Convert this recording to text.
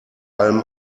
allem